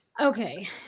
Okay